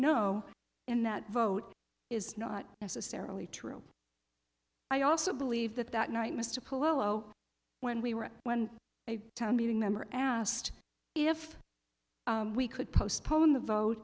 no in that vote is not necessarily true i also believe that that night mr polow when we were when a town meeting member asked if we could postpone the vote